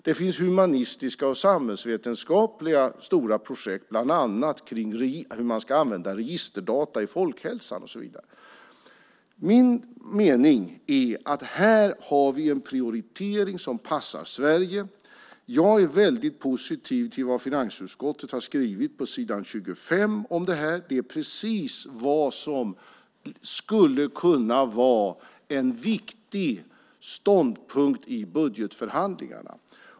Det finns humanistiska och samhällsvetenskapliga stora projekt, bland annat om hur man ska använda registerdata i folkhälsan. Min mening är att här har vi en prioritering som passar Sverige. Jag är väldigt positiv till vad finansutskottet har skrivit på s. 25 om det här. Det är precis vad som skulle kunna vara en viktig ståndpunkt i budgetförhandlingarna.